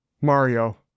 Mario